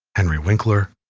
henry winkler,